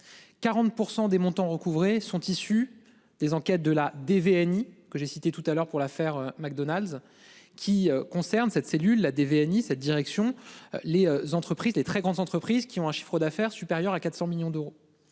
40% des montants recouvrés sont issus des enquêtes de la DV Annie que j'ai cité tout à l'heure pour l'affaire McDonald's. Qui concerne cette cellule a DVA ni cette direction. Les entreprises, les très grandes entreprises qui ont un chiffre d'affaires supérieur à 400 millions d'euros.